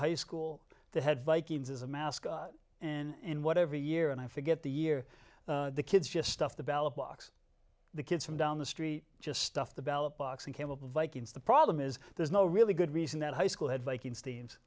high school that had vikings as a mascot and whatever year and i forget the year the kids just stuff the ballot box the kids from down the street just stuff the ballot box and came up with vikings the problem is there's no really good reason that high school had vikings teams